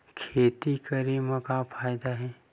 खेती करे म का फ़ायदा हे?